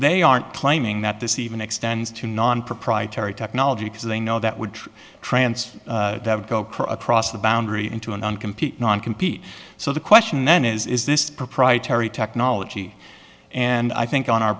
they aren't claiming that this even extends to nonproprietary technology because they know that would transfer across the boundary into a non compete non compete so the question then is is this proprietary technology and i think on our